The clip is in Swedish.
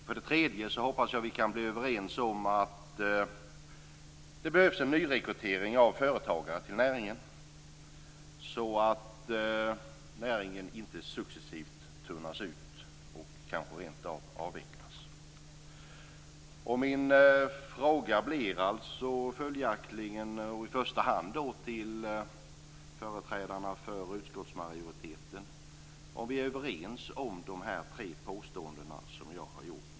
För det tredje hoppas jag att vi kan bli överens om att det behövs en nyrekrytering av företagare till näringen så att näringen inte successivt tunnas ut och kanske rentav avvecklas. Min fråga blir följaktligen i första hand till företrädarna för utskottsmajoriteten om vi är överens om de tre påståenden som jag har gjort?